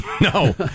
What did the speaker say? No